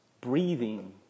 breathing